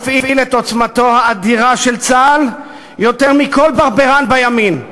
אפעיל את עוצמתו האדירה של צה"ל יותר מכל ברברן בימין.